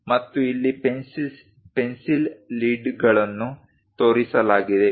ಮತ್ತು ಇಲ್ಲಿ ಪೆನ್ಸಿಲ್ ಲೀಡ್ಗಳನ್ನು ತೋರಿಸಲಾಗಿದೆ